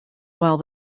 while